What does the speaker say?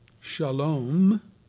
Shalom